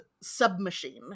submachine